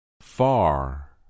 Far